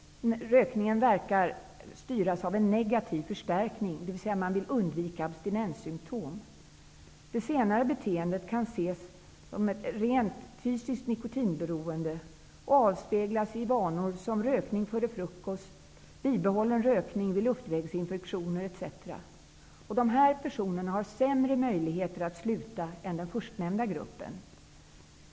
Rökningen verkar styras av negativ förstärkning, dvs. undvikande av abstinenssymtom. Det senare beteendet kan ses om ett rent fysiskt nikotinberoende och avspeglas i vanor som rökning före frukost, bibehållen rökning vid luftvägsinfektioner, etc. Dessa personer har sämre möjligheter att sluta än den förstnämnda gruppen.